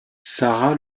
sara